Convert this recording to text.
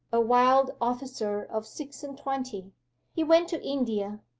a wild officer of six-and-twenty. he went to india,